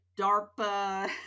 DARPA